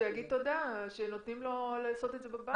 שיגיד תודה שנותנים לו לעשות את זה בבית.